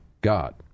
God